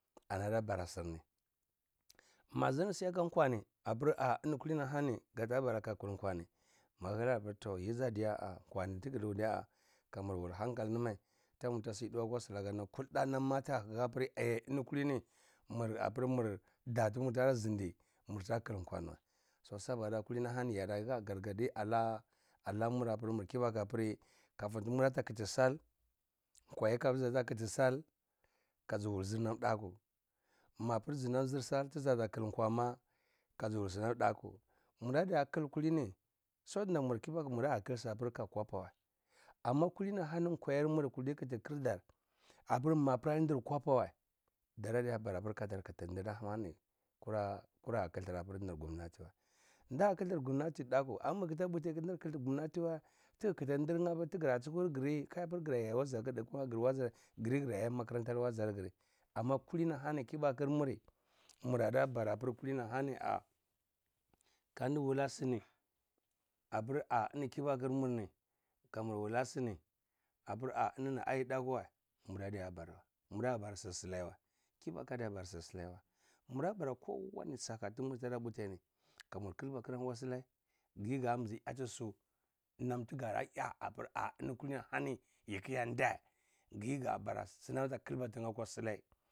Amodu bara cirni, mazhir ni si aka kwani apir-ah eni kulini ahani gadabara aga khil kwa ni mapir tdi yiza diya-ah kwani tigi nu diya kamur kul hankal nimai tamur tasi duakwa silaka nam kulda nam ata hapir-eh eni kutini mur apir damur zindi yarta khil kwa ni wa so saboda haka kulini hani yarada hah gargadi ada abamur kibaku apiri kafan mwata khiti sal kazi wulzhir nam dakwu mapiri zi nam zhir sal akhiti kwa ma kazi wul nam dakwu, muradi akhil kulini sotinda mur kibatu muradi khilsu apir kamyar kwapa wa amma kulini hani kwayir mur kuti khir dar apppir ma adi ndi kwapa weh, daradi abara ka dar khiti ndi nam hani kwara adiya khtril nir gomnati wa, nda khitri gomnati dakwu amma ma gata puti khitirl gannati wa tigi khiti ndinyeh tigra chuhur gir ka yapir gara yai waza gir yi garaya makarantar nazargir amma kusini hani kibakur mar murada bara kulini hani ah kandi wula sini apir-ah kibakur mur ni kamur wuleh sini apir-ah enini adi dakwu wa muradiya bara wa muradiya ya bara cir silai wa kibaku adiya bara shir silai wa mura bara kowani saka tunur tara putini kamar khilba khirmur akwa silai giye ga muzi yatisu namti gay a eni kulini hani yikiyeh ndeh giyeh ga bara sinam ati a khilba tiyeh akwa silai.